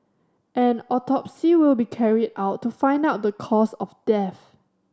an autopsy will be carried out to find out the cause of death